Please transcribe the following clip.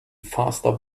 faster